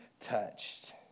touched